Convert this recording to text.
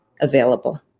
available